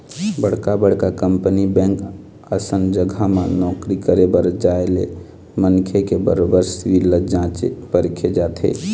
बड़का बड़का company bank असन जघा म नौकरी करे बर जाय ले मनखे के बरोबर सिविल ल जाँचे परखे जाथे